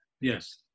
Yes